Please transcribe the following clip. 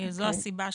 אז זו הסיבה.